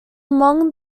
among